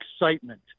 excitement